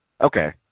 Okay